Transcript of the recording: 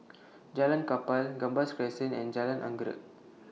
Jalan Kapal Gambas Crescent and Jalan Anggerek